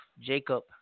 Jacob